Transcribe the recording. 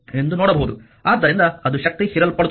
ಆದ್ದರಿಂದ ಅದು ಶಕ್ತಿ ಹೀರಲ್ಪಡುತ್ತದೆ